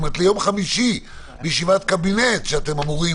האם בישיבת הקבינט ביום חמישי